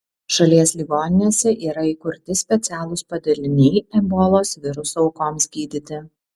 šalies ligoninėse yra įkurti specialūs padaliniai ebolos viruso aukoms gydyti